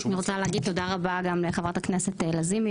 אני רוצה להגיד תודה רבה לחברת הכנסת לזימי